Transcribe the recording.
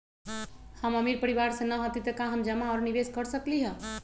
हम अमीर परिवार से न हती त का हम जमा और निवेस कर सकली ह?